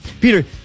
Peter